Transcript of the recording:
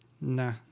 nah